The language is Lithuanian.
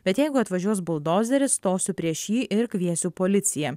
bet jeigu atvažiuos buldozeris stosiu prieš jį ir kviesiu policiją